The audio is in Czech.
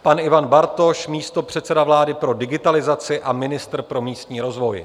Pan Ivan Bartoš, místopředseda vlády pro digitalizaci a ministr pro místní rozvoj.